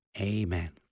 Amen